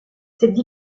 cette